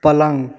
पलङ्ग